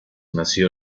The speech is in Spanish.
nació